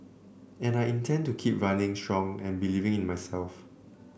and I intend to keep running strong and believing in myself